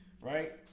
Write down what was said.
Right